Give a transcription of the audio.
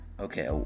Okay